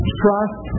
trust